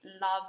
love